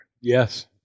Yes